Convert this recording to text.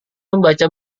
membaca